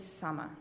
summer